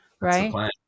right